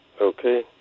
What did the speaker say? Okay